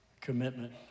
commitment